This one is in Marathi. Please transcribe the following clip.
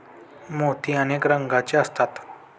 मोती अनेक रंगांचे असतात